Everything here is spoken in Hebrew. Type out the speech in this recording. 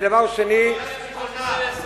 מ-13% ל-20%.